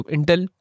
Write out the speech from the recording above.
Intel